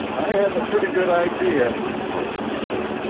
i have a pretty good idea, farland said.